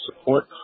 support